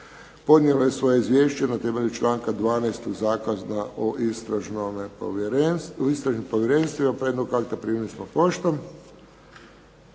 podnijelo je svoje Izvješće na temelju članka 12. Zakona o istražnom povjerenstvima, prijedlog akta primili smo poštom.